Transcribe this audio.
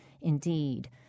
indeed